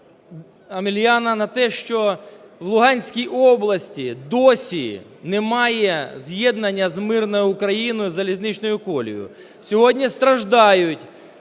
Омеляна на те, що в Луганській області досі немає з'єднання з мирною Україною залізничною колією. Сьогодні страждають